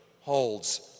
holds